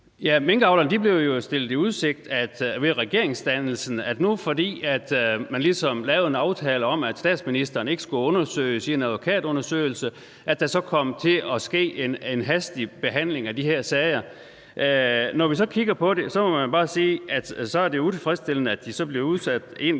Minkavlerne blev jo stillet i udsigt ved regeringsdannelsen, at fordi man ligesom lavede en aftale om, at statsministeren ikke skulle undersøges i en advokatundersøgelse, ville der så komme til at ske en hastig behandling af de her sager. Når vi så kigger på det, må man jo bare sige, at det er utilfredsstillende, at de så bliver udsat en